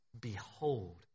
behold